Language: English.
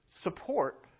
support